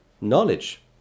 knowledge